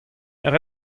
ret